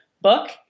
book